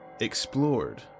explored